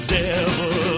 devil